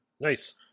Nice